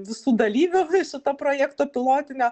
visų dalyvių viso to projekto pilotinio